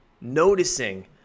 noticing